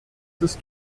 ist